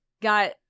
got